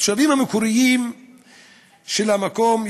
התושבים המקוריים של המקום,